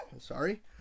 Sorry